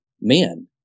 men